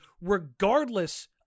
regardless